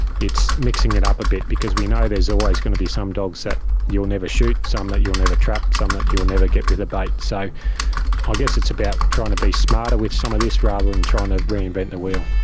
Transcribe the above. it's mixing it up a bit because we know there is always going to be some dogs that you will never shoot, some that you will never trap, some that you will never get with a bait. so i guess it's about trying to be smarter with some of this rather than trying to reinvent the wheel.